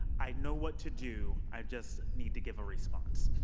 i know what to do. i just need to give a response.